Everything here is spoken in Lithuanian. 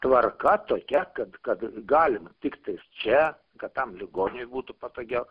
tvarka tokia kad kad galima tiktais čia kad tam ligoniui būtų patogiau